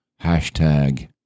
Hashtag